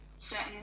certain